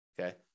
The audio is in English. okay